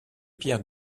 pierres